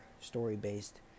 story-based